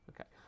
Okay